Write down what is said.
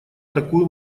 такую